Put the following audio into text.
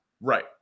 Right